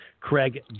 Craig